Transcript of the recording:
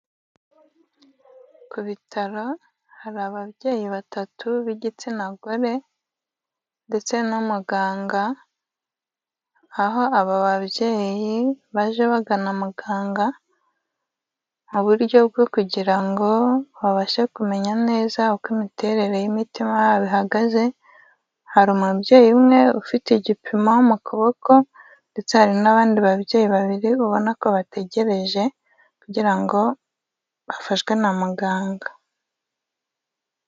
Ku bitaro hari ababyeyi batatu b'igitsina gore ndetse n'umuganga, aho aba babyeyi baje bagana muganga mu buryo bwo kugira ngo babashe kumenya neza uko imiterere y'imitima yabo ihagaze, hari umubyeyi umwe ufite igipimo mu kuboko ndetse hari n'abandi babyeyi babiri ubona ko bategereje kugira ngo bafashwe na muganga.